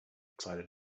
excited